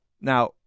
Now